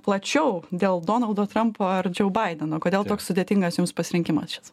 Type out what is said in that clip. plačiau dėl donaldo trampo ar džou baideno kodėl toks sudėtingas jums pasirinkimas šis